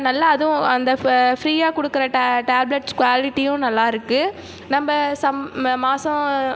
நல்லா அதுவும் அந்த ஃப்ரீயாக கொடுக்குற டேப்லெட்ஸ் குவாலிட்டியும் நல்லா இருக்குது நம்ம மாசம்